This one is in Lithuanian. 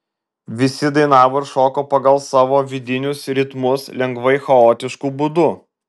visi dainavo ir šoko pagal savo vidinius ritmus lengvai chaotišku būdu